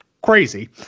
crazy